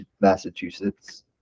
Massachusetts